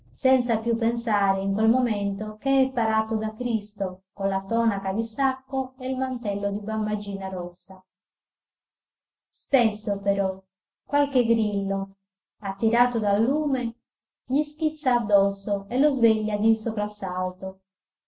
senza più pensare in quel momento che è parato da cristo con la tonaca di sacco e il mantello di bambagina rossa spesso però qualche grillo attirato dal lume gli schizza addosso e lo sveglia di